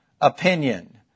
opinion